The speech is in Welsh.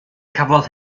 cafodd